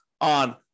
on